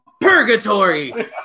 Purgatory